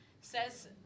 says